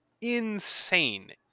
insane